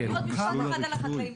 אדוני, עוד משפט אחד על החקלאים.